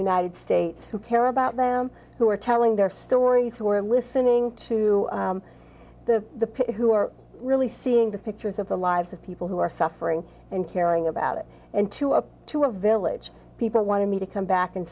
united states who care about them who are telling their stories who are listening to the who are really seeing the pictures of the lives of people who suffering and caring about it and to up to a village people wanted me to come back and